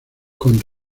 con